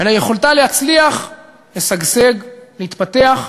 אלא יכולתה להצליח, לשגשג, להתפתח,